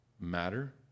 matter